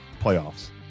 playoffs